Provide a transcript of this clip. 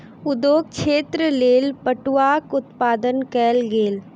उद्योग क्षेत्रक लेल पटुआक उत्पादन कयल गेल